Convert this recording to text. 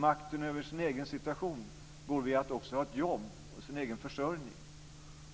Makten över sin egen situation går via att ha ett jobb och kunna försörja sig.